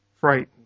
frightened